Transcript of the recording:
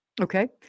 okay